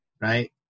Right